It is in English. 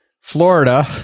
Florida